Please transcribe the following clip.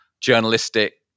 journalistic